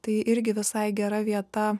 tai irgi visai gera vieta